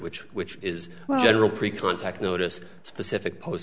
which which is why general pre contact notice specific pos